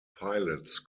pilots